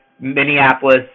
Minneapolis